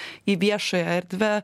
į viešąją erdvę